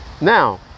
Now